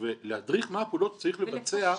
ולהדריך איזה פעולות שצריך לבצע,